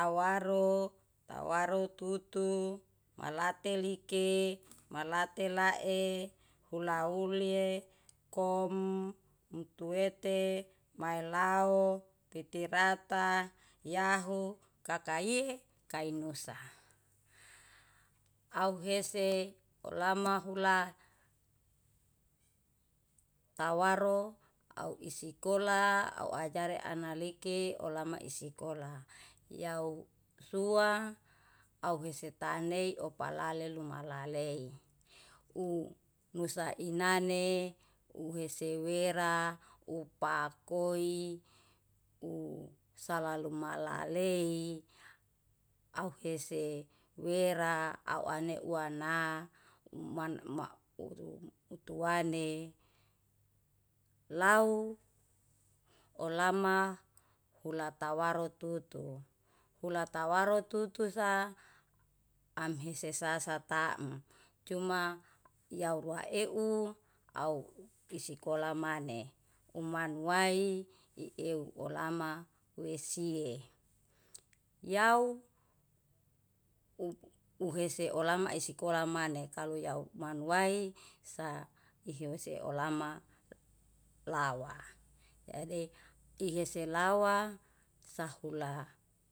Awaru tawaru tutu malatilike, malatilae hunaulie, kom, tuete, maelao titirata yaho kakaie kainusa. Auhese lamahula tawaru auw isiskola auw ajari analiki olama isikola, yausuwa, auw hesetanei oplali luma lalei. U nusa inane u hese wera upakui, usalalu malalei, auw hese wera, auw ane uwana man uru utuwane lau olama, hulatawaru tutu. Hula tawaru tutu sa amhese sasa taem. Cuma yauwaeu au isikola maneh, umanuwae ieuw olama wesie. Yau uhese olama isikola maneh kalau yaumanuwai sa isikolama lawa, jadi ihisilawa sahula.